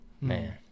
Man